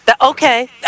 Okay